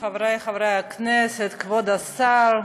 חברי חברי הכנסת, כבוד השר,